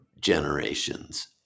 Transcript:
generations